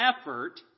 effort